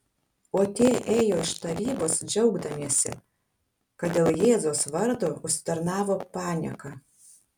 o tie ėjo iš tarybos džiaugdamiesi kad dėl jėzaus vardo užsitarnavo panieką